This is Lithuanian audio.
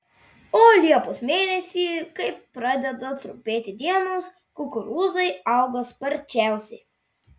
o liepos mėnesį kai pradeda trumpėti dienos kukurūzai auga sparčiausiai